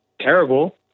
terrible